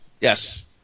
yes